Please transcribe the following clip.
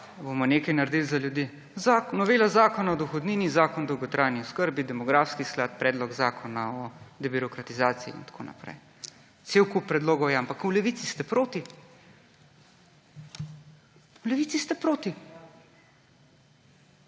bomo nekaj naredil za ljudi. Novela zakona o dohodnini, Zakon o dolgotrajni oskrbi, demografski sklad, Predloga zakona o debirokratizaciji in tako naprej. Cel kup predlogov je, ampak v Levici ste proti. V Levici ste proti!